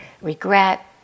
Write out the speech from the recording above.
regret